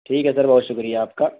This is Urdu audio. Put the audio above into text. ٹھیک ہے سر بہت شکریہ آپ کا